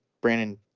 Brandon